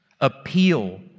appeal